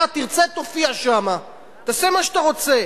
אתה תרצה, תופיע שמה, תעשה מה שאתה רוצה.